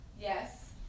Yes